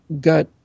got